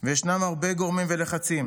וישנם הרבה גורמים ולחצים,